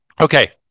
okay